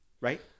Right